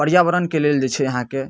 पर्यावरणके लेल जे छै अहाँके